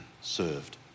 served